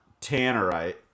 Tannerite